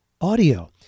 audio